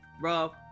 bro